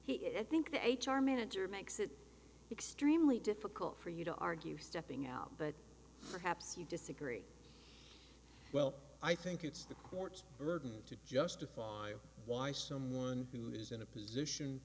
is i think the h r manager makes it extremely difficult for you to argue stepping out but perhaps you disagree well i think it's the court's burden to justify why someone who is in a position